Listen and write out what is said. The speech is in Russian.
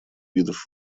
видов